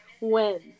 wins